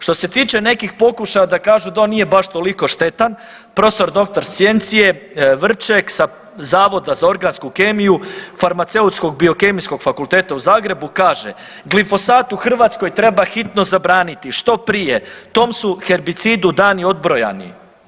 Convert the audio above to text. Što se tiče nekih pokušaja da kažu da on nije baš toliko štetan, prof.dr.sc. Vrček sa Zavoda za organsku kemiju farmaceutskog biokemijskog fakulteta u Zagrebu kaže, glifosat u Hrvatskoj treba hitno zabraniti, što prije, tom su herbicidu dani odbrojani.